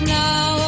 now